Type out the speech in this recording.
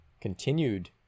continued